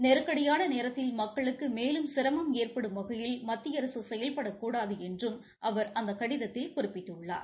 நெருக்கடியான நேரத்தில் மக்களுக்கு மேலும் சிரமம் ஏற்படும் வகையில் மத்திய அரசு செயல்படக் கூடாது என்று அவர் அந்த கடிதத்தில் குறிப்பிட்டுள்ளார்